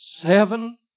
Seven